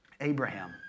Abraham